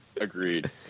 Agreed